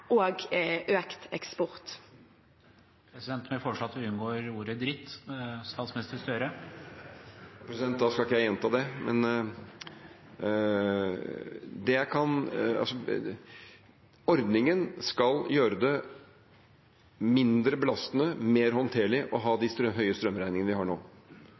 og økt eksport? Presidenten vil foreslå at vi unngår ordet «dritt». Da skal ikke jeg gjenta det. Ordningen skal gjøre det mindre belastende og mer håndterlig å ha de høye strømregningene vi har nå.